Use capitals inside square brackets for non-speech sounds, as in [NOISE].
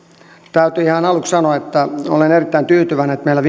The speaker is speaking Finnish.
täytyy ihan aluksi sanoa että olen erittäin tyytyväinen että meillä [UNINTELLIGIBLE]